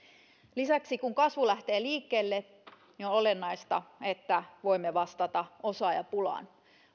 lisäksi kun kasvu lähtee liikkeelle on olennaista että voimme vastata osaajapulaan